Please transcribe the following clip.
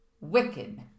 wicked